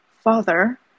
Father